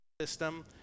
system